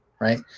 right